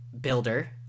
builder